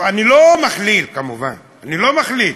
אני לא מכליל, כמובן, אני לא מכליל,